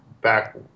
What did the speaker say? back